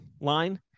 line